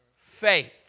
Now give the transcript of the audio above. faith